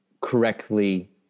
correctly